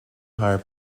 higher